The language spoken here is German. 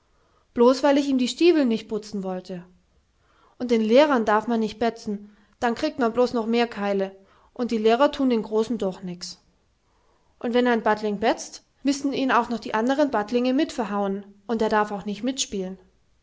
blos weil ich ihm die stieweln nicht butzen wollte und den lehrern darf man nichts betzen dann krigt man blos noch mehr keile und die lehrer thun den großen doch nichts wenn ein battling betzt missen ihn auch die andern battlinge mit verhauen und er darf auch nicht mitspielen